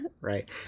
right